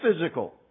physical